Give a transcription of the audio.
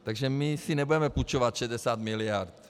Takže my si nebudeme půjčovat 60 mld.